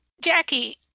Jackie